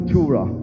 Tura